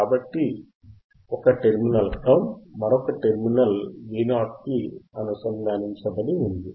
కాబట్టి ఒక terminal ground మరొక టెర్మినల్ Vo కి అనుసంధానించబడి ఉంది